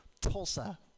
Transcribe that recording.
Tulsa